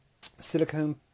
silicone